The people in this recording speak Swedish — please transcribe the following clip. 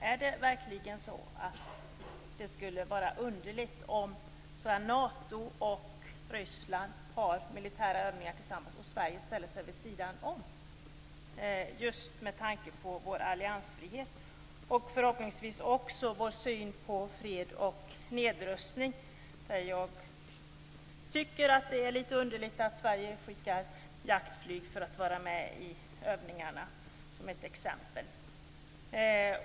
Är det verkligen så att det skulle vara underligt om Nato och Ryssland har militära övningar tillsammans och Sverige ställer sig vid sidan av just med tanke på vår alliansfrihet och förhoppningsvis också med tanke på vår syn på fred och nedrustning? Jag tycker att det är litet underligt att Sverige skickar jaktflyg för att vara med i dessa övningar.